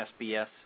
SBS